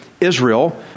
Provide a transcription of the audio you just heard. israel